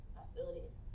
possibilities